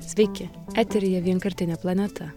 sveiki eteryje vienkartinė planeta